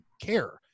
care